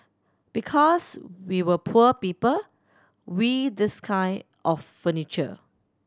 because we were poor people we this kind of furniture